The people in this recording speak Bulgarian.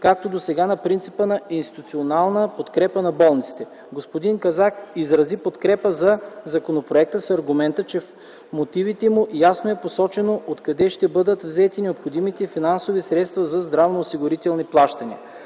както досега, на принципа на институционална подкрепа на болниците. Господин Казак изрази подкрепа за законопроекта с аргумента, че в мотивите му ясно е посочено откъде ще бъдат взети необходимите финансови средства за здравноосигурителни плащания.